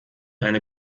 eine